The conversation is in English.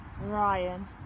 Ryan